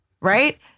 right